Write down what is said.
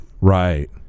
right